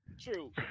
True